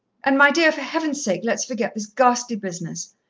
and, my dear, for heaven's sake let's forget this ghastly business.